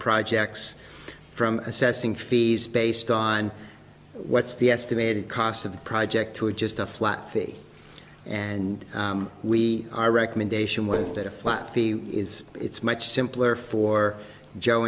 projects from assessing fees based on what's the estimated cost of the project to a just a flat fee and we our recommendation was that a flat fee is it's much simpler for joe